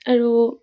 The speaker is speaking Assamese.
আৰু